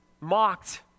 mocked